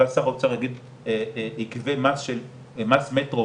מטרו אז כאילו --- זה רק איפה שיש תחנות מטרו.